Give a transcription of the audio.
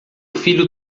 filho